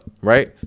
right